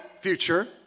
future